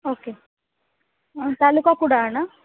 okay taluka Kudal ना